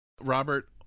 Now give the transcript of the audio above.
Robert